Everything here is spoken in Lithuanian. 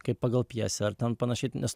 kaip pagal pjesę ar ten panašiai nes